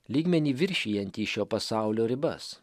lygmenį viršijantį šio pasaulio ribas